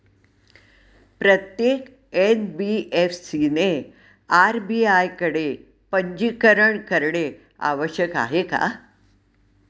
प्रत्येक एन.बी.एफ.सी ने आर.बी.आय कडे पंजीकरण करणे आवश्यक आहे का?